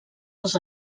els